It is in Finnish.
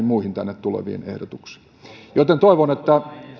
muihin tänne tuleviin ehdotuksiin toivon että